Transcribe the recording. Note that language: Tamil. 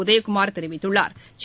உதயகுமா் தெரிவித்துள்ளா்